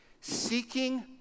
Seeking